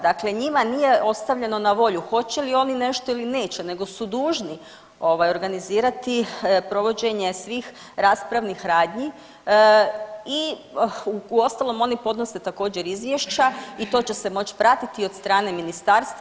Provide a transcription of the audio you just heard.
Dakle, njima nije ostavljeno na volju hoće li oni nešto ili neće nego su dužni ovaj organizirati provođenje svih raspravnih radnji i uostalom oni podnose također izvješća i to će se moći pratiti i od strane ministarstva.